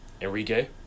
Enrique